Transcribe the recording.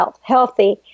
healthy